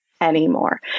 anymore